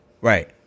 right